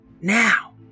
Now